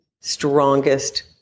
strongest